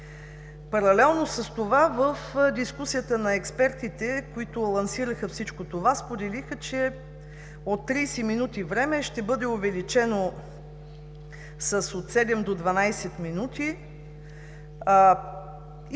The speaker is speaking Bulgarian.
Паралелно с това, в дискусията на експертите, които лансираха всичко това, споделиха, че от 30 минути времето ще бъде увеличено от седем до 12 минути